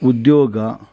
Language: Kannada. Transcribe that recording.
ಉದ್ಯೋಗ